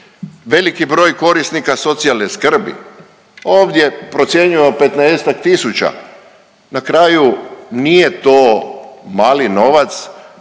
veliki broj korisnika socijalne skrbi, ovdje procjenjujemo 15-ak tisuća. Na kraju, nije to mali novac,